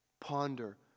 Ponder